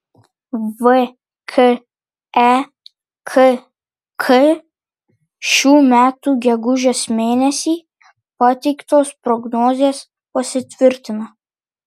vkekk šių metų gegužės mėnesį pateiktos prognozės pasitvirtina